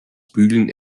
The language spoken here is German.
bügeln